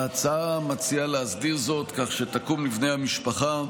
ההצעה מציעה להסדיר זאת כך שתקום לבני המשפחה